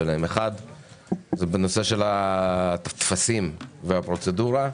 אליהן אחד בנושא הטפסים והפרוצדורה,